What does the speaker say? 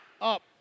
Up